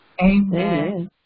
Amen